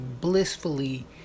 blissfully